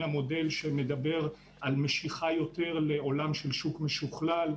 המודל שמדבר על משיכה יותר לעולם של שוק משוכלל,